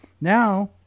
Now